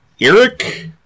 Eric